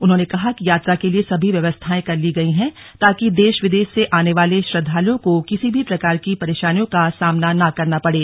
उन्होंने कहा कि यात्रा के लिए सभी व्यवस्थाएं कर ली गई हैं ताकि देश विदेश से आने वाले श्रद्दालुओं को किसी भी प्रकार की परेशानियों का सामना ना करना पड़े